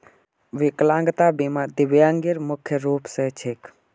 विकलांगता बीमा दिव्यांगेर मुख्य रूप स छिके